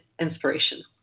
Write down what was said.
inspiration